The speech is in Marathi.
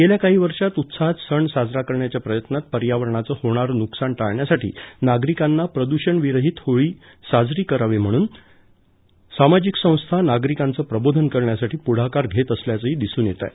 गेल्या काही वर्षात उत्साहात सण साजरा करण्याच्या प्रयत्नात पर्यावरणाचं होणारं नुकसान टाळण्यासाठी नागरिकांना प्रदूषणविरहित होळी साजरी करावी म्हणून सामाजिक संस्था नागरिकांचं प्रबोधन करण्यासाठी पुढाकार घेत असल्याचंही दिसून येतंय